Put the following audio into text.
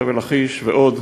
חבל-לכיש ועוד,